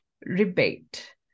rebate